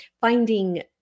finding